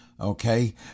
Okay